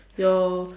your